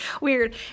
weird